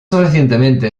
recientemente